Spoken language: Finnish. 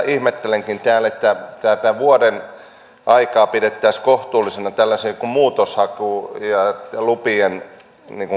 ihmettelenkin että täällä tätä vuoden aikaa pidettäisiin kohtuullisena tällaiseen muutoshakuun ja lupien käsittelyyn